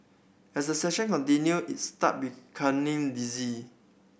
as the session continued he started becoming dizzy